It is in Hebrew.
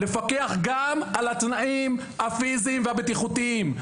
לפקח גם על התנאים הפיזיים והבטיחותיים.